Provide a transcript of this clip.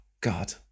God